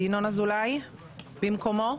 ינון אזולאי במקומו?